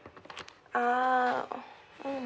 ah oh mm